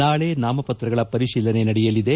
ನಾಳೆ ನಾಮಪತ್ರಗಳ ಪರಿಶೀಲನೆ ನಡೆಯಲಿದೆ